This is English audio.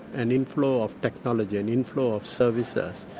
an inflow of technology, an inflow of services.